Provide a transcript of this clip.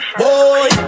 boy